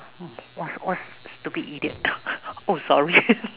!wah! what stupid idiot oh sorry